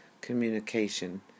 communication